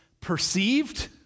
perceived